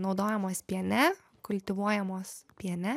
naudojamos piene kultivuojamos piene